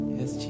Yes